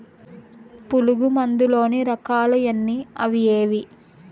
పులుగు మందు లోని రకాల ఎన్ని అవి ఏవి?